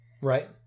Right